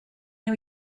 new